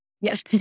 Yes